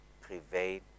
prevail